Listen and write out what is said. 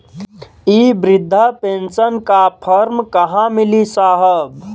इ बृधा पेनसन का फर्म कहाँ मिली साहब?